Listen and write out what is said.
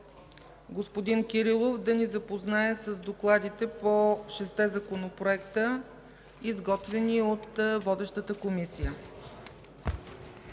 Данаил Кирилов ще ни запознае с докладите по шестте законопроекта, изготвени от водещата Комисия